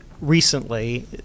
recently